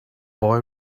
boy